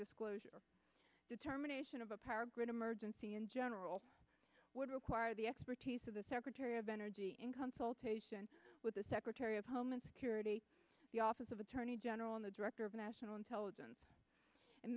disclosure determination of a power grid emergency in general would require the expertise of the secretary of energy in consultation with the secretary of homeland security the office of attorney general and the director of national intelligence and